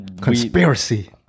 Conspiracy